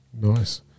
Nice